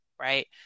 right